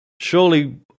surely